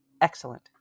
excellent